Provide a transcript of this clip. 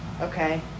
Okay